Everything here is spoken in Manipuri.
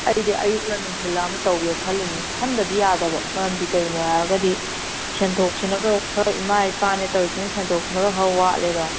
ꯑꯩꯗꯤ ꯑꯌꯨꯛꯂ ꯅꯨꯡꯊꯤꯜꯂ ꯑꯃ ꯇꯧꯒꯦ ꯈꯜꯂꯤꯝꯅꯤ ꯈꯟꯗꯗꯤ ꯌꯥꯗꯕ ꯃꯔꯝꯗꯤ ꯀꯩꯒꯤꯅꯣ ꯍꯥꯏꯔꯒꯗꯤ ꯁꯦꯟꯊꯣꯛꯁꯤꯅꯒ ꯑꯩꯈꯣꯏ ꯏꯃꯥ ꯏꯄꯥꯅꯦ ꯇꯧꯔꯤꯁꯤꯅ ꯁꯦꯟꯊꯣꯛꯁꯤꯅꯒ ꯈꯔ ꯋꯥꯠꯂꯦꯗꯣ